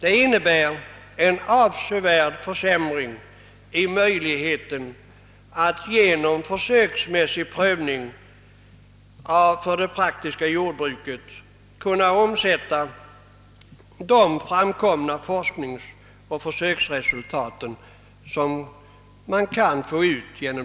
Detta innebär en avsevärd försämring av möjligheterna att i det praktiska jordbruket omsätta forskningsoch försöksresultat.